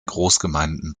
großgemeinden